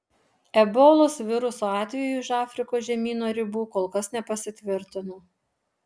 ebolos viruso atvejai už afrikos žemyno ribų kol kas nepasitvirtino